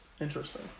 interesting